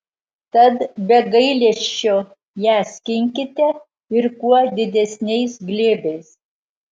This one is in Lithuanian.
tad be gailesčio ją skinkite ir kuo didesniais glėbiais